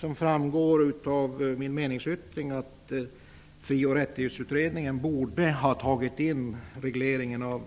Som framgår av min meningsyttring anser jag att Fri och rättighetsutredningen borde ha tagit med regleringen av